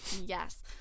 Yes